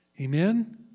amen